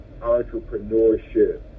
entrepreneurship